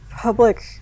public